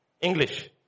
English